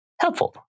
Helpful